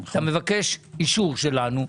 אתה מבקש אישור שלנו,